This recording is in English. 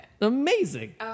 Amazing